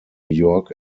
york